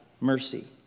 Mercy